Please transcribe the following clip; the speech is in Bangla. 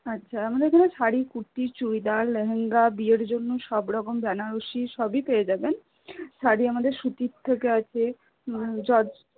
আচ্ছা আমাদের এখানে শাড়ি কুর্তি চুড়িদার লেহেঙ্গা বিয়ের জন্য সবরকম বেনারসি সবই পেয়ে যাবেন শাড়ি আমাদের সুতির থেকে আছে